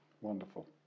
Wonderful